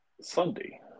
Sunday